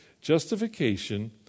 Justification